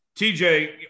TJ